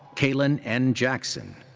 kaelin n. jackson.